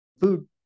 food